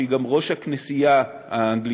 שהיא גם ראש הכנסייה האנגליקנית,